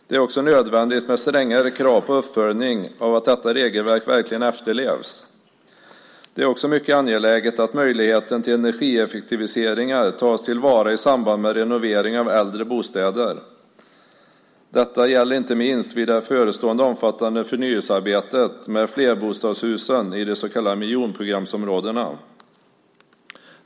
Det är också nödvändigt med strängare krav på uppföljning av att detta regelverk verkligen efterlevs. Det är också mycket angeläget att möjligheten till energieffektiviseringar tas till vara i samband med renovering av äldre bostäder. Detta gäller inte minst vid det förestående omfattande förnyelsearbetet med flerbostadshusen i de så kallade miljonprogramsområdena.